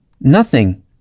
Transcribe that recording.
Nothing